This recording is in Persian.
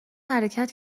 حرکت